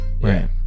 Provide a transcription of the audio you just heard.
Right